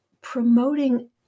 promoting